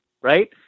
right